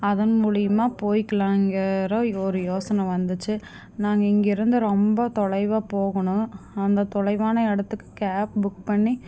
அதன் மூலிமா போயிக்கலாம்ங்குற ஒரு யோசனை வந்துச்சு நாங்கள் இங்கே இருந்து ரொம்ப தொலைவாக போகணும் அந்த தொலைவான இடத்துக்கு கேப் புக் பண்ணி